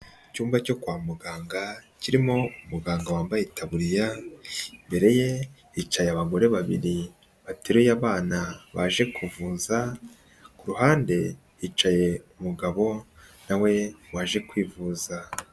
Icyumba cyo kwa muganga kirimo umuganga wambaye, itaburiya imbere ye hicaye abagore babiri bateruye abana baje kuvuza, ku ruhande hicaye umugabo na we waje kwivuza.